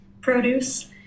produce